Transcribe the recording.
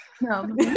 No